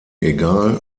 egal